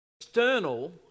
external